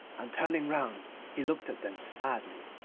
and turning round he looked at them sadly.